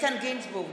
איתן גינזבורג,